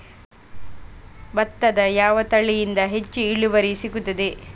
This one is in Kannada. ಭತ್ತದ ಯಾವ ತಳಿಯಿಂದ ಹೆಚ್ಚು ಇಳುವರಿ ಸಿಗುತ್ತದೆ?